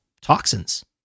toxins